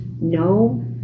no